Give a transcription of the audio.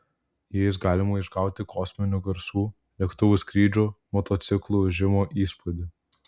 jais galima išgauti kosminių garsų lėktuvų skrydžių motociklų ūžimo įspūdį